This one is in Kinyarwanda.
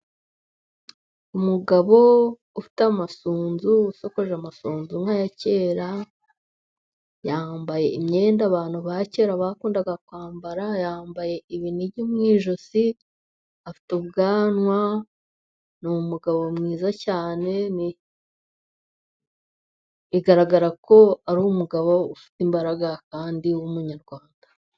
Umugabo ufite amasunzu, uasokoje amafunzu nk'aya kera, yambaye imyenda abantu bakera bakundaga kwambara, yambaye ibinigi mu ijosi, afite ubwanwa, ni umugabo mwiza cyane, bigaragara ko ari umugabo ufite imbaraga kandi w'umunyarwanda.